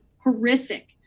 horrific